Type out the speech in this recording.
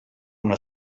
una